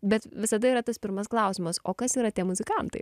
bet visada yra tas pirmas klausimas o kas yra tie muzikantai